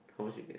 how much you get